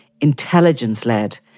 intelligence-led